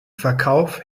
verkauf